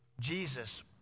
Jesus